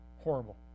horrible